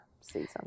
season